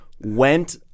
went